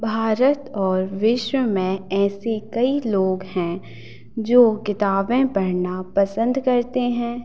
भारत और विश्व में ऐसे कई लोग हैं जो किताबें पढ़ना पसंद करते हैं